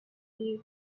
new